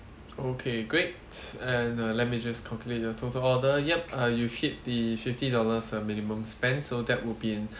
okay great and uh let me just calculate your total order yup uh you hit the fifty dollars uh minimum spend so that'll be an